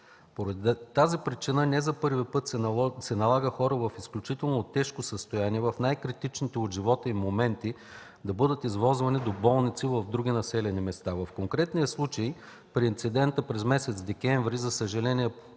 Поради тази причина, не за първи път, се налага хора в изключително тежко състояние, в най-критичните за живота им моменти, да бъдат извозвани до болници в други населени места. В конкретния случай, при инцидента през месец декември 2013 г., за съжаление,